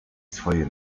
swoje